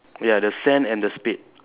ya the sand and the spade